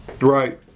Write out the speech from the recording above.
Right